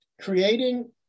creating